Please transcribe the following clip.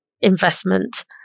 investment